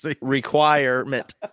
requirement